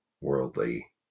worldly